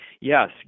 yes